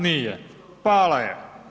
Nije, pala je.